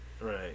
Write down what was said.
Right